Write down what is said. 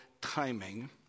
timing